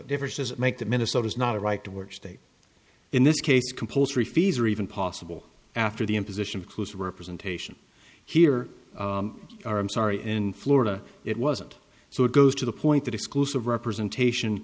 differences make that minnesota's not a right to work state in this case compulsory fees or even possible after the imposition of close representation here are i'm sorry in florida it wasn't so it goes to the point that exclusive representation